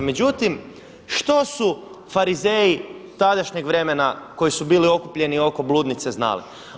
Međutim što su farizeji tadašnjeg vremena koji su bili okupljeni oko bludnice znali?